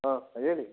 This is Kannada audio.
ಹಾಂ ಹೇಳಿ